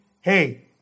hey